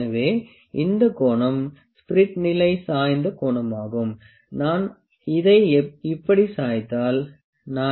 எனவே இந்த கோணம் ஸ்பிரிட் நிலை சாய்ந்த கோணமாகும் நான் இதை இப்படி சாய்த்தால் சரி